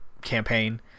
campaign